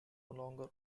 longer